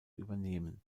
übernehmen